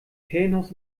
ferienhaus